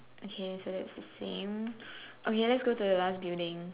okay so that's the same okay let's go to the last building